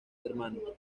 hermanos